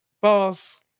boss